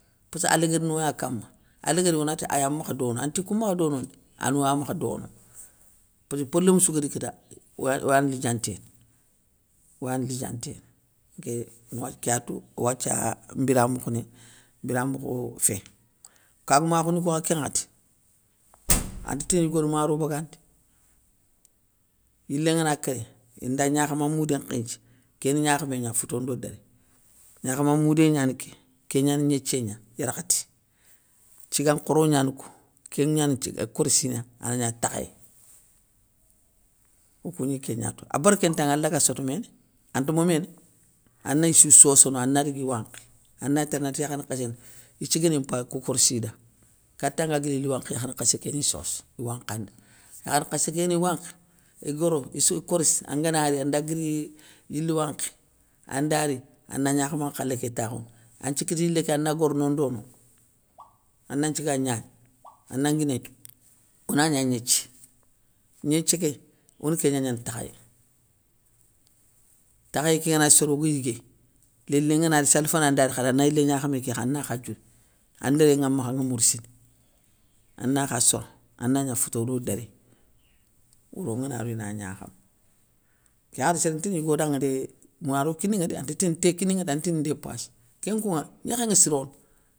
Passeua léguérini oya kama, aléguéri onati, aya makh dono, anti koumakh donon ndé, anowa makha dono, passkeu porlém sou gari kita oya oyane lidianténe, oyane lidianténe. Nké noua kéya tou, owathia mbira mokhoni, biramokho fé. Kagoumakhouni koukha kén ŋwakhati, antatini yigo da maro bagandi, yilé ngana kéré inda ngnakhama moudé nkhénthié, kéni gnakhamé gna fouto ndo déré, gnakhama moudé gnani ké, kégnani gnéthié gna yarkhaté, tiga nkhoro gnani kou, kénignan korssina, ana gna takhayé, okou gni kégna tou. a bérké ntanŋa alaga sotoméné, anta moméné, anissou sosona ana dagui wankhi, andagni télé anati yakhari nkhassé nda, itigani mpayi kou korssi da, katan nga guili yili wankhi, yakhari nkhassé kéni soso iwankha nda, yakhari nkhassé ké guéni wankhi, igaro issou korssi, anganari andaguiri, yili wankhi anda ri ana gnakhamé nkhalé ké takhoundi, an nthikiti yilé kéya ana goro nondono, ana nthiga gnane, ana nguiné ké, ona gna gnéthié, gnéthié ké oni kén gna gnana takhayé. Takhayé ké gana soré oga yigué, lélé ngana ri sali fana ndari khadi ana yilé gnakhamé kékha ana kha diouri, an déré nŋa makha anŋa mourssini, ana kha soro ana gna fouto do déré, wouro ngana ro ina gnakhama, kéyani sérén nti tini yigo danŋa dé, maro kininŋa dé an ti tini té kininŋa dé, antitini ndépanssi, kén kounŋa, gnékhé nŋa sirono.